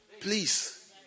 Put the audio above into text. please